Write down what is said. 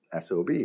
SOB